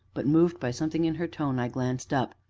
but, moved by something in her tone, i glanced up.